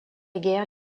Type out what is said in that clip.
guerre